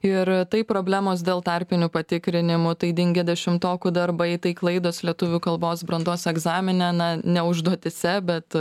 ir taip problemos dėl tarpinių patikrinimų tai dingę dešimtokų darbai tai klaidos lietuvių kalbos brandos egzamine na ne užduotyse bet